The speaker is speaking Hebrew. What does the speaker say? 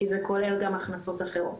כי זה כולל גם הכנסות אחרות.